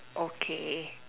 okay